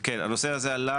כן, הנושא הזה עלה